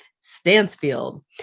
Stansfield